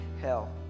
hell